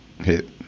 hit